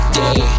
day